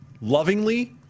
lovingly